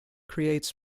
creates